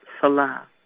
Salah